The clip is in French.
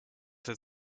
sept